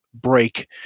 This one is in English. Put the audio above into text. break